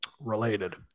related